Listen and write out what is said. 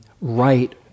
right